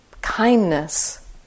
kindness